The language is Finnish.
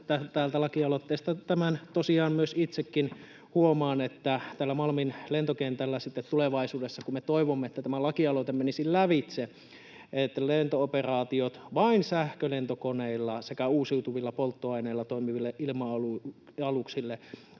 tosiaan myös itsekin huomaan, että tällä Malmin lentokentällä sitten tulevaisuudessa — kun me toivomme, että tämä lakialoite menisi lävitse — lento-operaatiot sallitaan vain sähkölentokoneille sekä uusiutuvilla polttoaineilla toimiville ilma-aluksille,